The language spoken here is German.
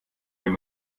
wenn